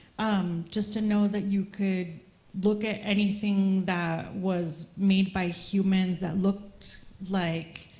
um just to know that you could look at anything that was made by humans that looked like.